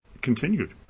continued